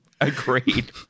Agreed